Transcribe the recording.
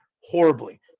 horribly